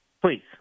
Please